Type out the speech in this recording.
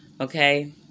okay